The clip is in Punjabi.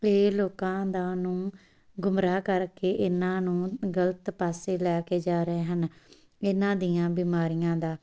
ਅਤੇ ਲੋਕਾਂ ਦਾ ਨੂੰ ਗੁੰਮਰਾਹ ਕਰਕੇ ਇਹਨਾਂ ਨੂੰ ਗਲਤ ਪਾਸੇ ਲੈ ਕੇ ਜਾ ਰਹੇ ਹਨ ਇਹਨਾਂ ਦੀਆਂ ਬਿਮਾਰੀਆਂ ਦਾ